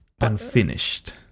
unfinished